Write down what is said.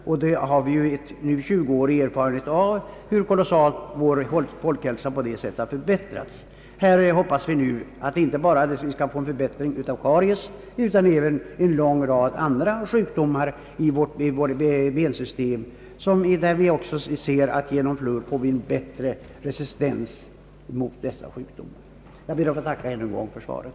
Vi har nu tjuguårig erfarenhet av hur vår folkhälsa på det sättet har förbättrats. Vi hoppas nu att vi inte bara skall få en förbättring av folkhälsan när det gäller karies utan även när det gäller en lång rad sjukdomar i bensystemet genom analog tillsats av fluor där brist på detta ämne föreligger. Jag ber än en gång att få tacka för svaret.